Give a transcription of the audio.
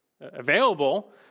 available